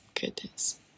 goodness